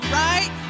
right